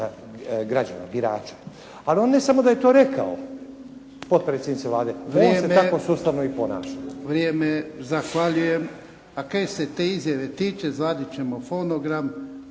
građana, birača. A on ne samo da je to rekao, potpredsjednice Vlade, nego se tako sustavno i ponaša. **Jarnjak, Ivan (HDZ)** Vrijeme, vrijeme. Zahvaljujem. A kaj se te izjave tiče izvadit ćemo fonogram,